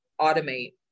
automate